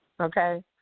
Okay